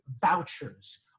vouchers